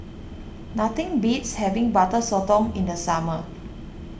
nothing beats having Butter Sotong in the summer